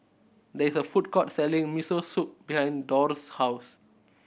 there is a food court selling Miso Soup behind Dorr's house